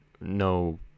no